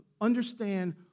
understand